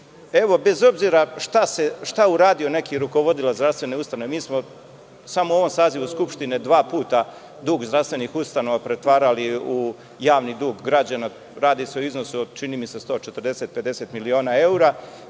Bez obzira šta uradio neki rukovodilac zdravstvene ustanove, mi smo samo u ovom sazivu Skupštine dva puta dug zdravstvenih ustanova pretvarali u javni dug građana, radi se o iznosu od čini mi se 140, 150 miliona evra,